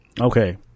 okay